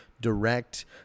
Direct